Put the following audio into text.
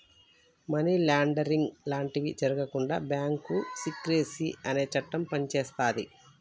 money laundering లాంటివి జరగకుండా bank secrecy అనే చట్టం పనిచేస్తది